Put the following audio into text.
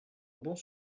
bons